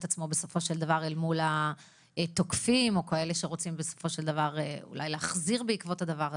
עצמו מול התוקפים או כאלה שרוצים להחזיר בעקבות הדבר הזה.